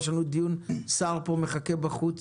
יש לנו דיון נוסף ושר מחכה בחוץ,